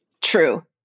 True